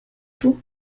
tout